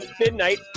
midnight